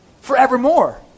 forevermore